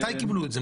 מתי קיבלו את זה?